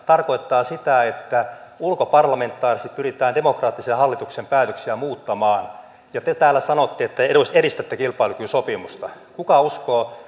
ja tarkoittaa sitä että ulkoparlamentaarisesti pyritään demokraattisen hallituksen päätöksiä muuttamaan te täällä sanotte että edistätte kilpailukykysopimusta kuka uskoo